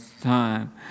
time